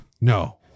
No